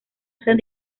usan